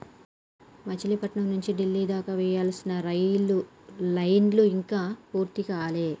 మచిలీపట్నం నుంచి డిల్లీ దాకా వేయాల్సిన రైలు లైను ఇంకా పూర్తి కాలే